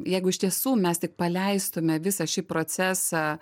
jeigu iš tiesų mes tik paleistume visą šį procesą